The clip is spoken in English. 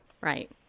Right